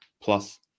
Plus